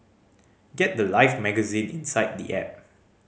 get the life magazine inside the app